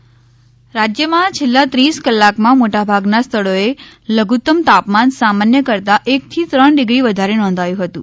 હવામાન રાજ્યમાં છેલ્લા ત્રીસ કલાકમાં મોટાભાગના સ્થળોએ લધુત્તમ તાપમાન સામાન્ય કરતા એકથી ત્રણ ડિગ્રી વધારે નોંધાયું હતું